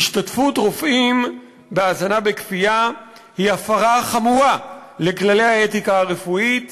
השתתפות רופאים בהזנה בכפייה היא הפרה חמורה של כללי האתיקה הרפואית